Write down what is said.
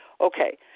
okay